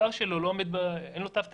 למוצר שלו אין תו תקן.